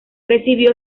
recibió